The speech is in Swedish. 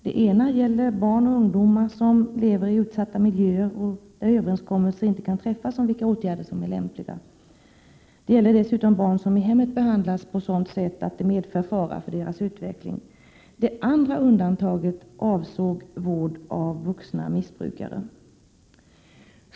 Det ena gäller barn och ungdomar som lever i utsatta miljöer och där överenskommelser inte kan träffas om vilka åtgärder som är lämpliga. Det gäller dessutom barn som i hemmet behandlas på sådant sätt att det medför fara för deras utveckling. Det andra undantaget avsåg vård av vuxna missbrukare.